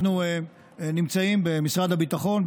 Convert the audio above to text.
אנחנו נמצאים במשרד הביטחון,